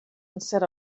instead